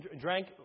drank